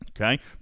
Okay